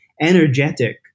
energetic